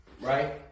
right